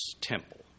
temple